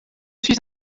suis